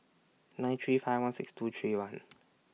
nine three five one six two three one